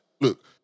look